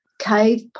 cave